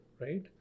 right